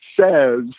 says